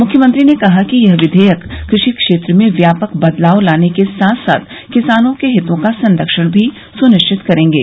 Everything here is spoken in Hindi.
मुख्यमंत्री ने कहा कि यह विधेयक कृषि क्षेत्र में व्यापक बदलाव लाने के साथ साथ किसानों के हितों का संरक्षण भी सुनिश्चित करेंगे